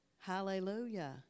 Hallelujah